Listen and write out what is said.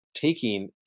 taking